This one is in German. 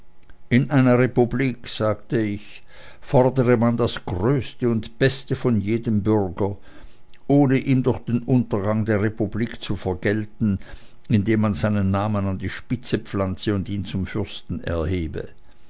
in einer republik sagte ich fordere man das größte und beste von jedem bürger ohne ihm durch den untergang der republik zu vergelten indem man seinen namen an die spitze pflanze und ihn zum fürsten erhebe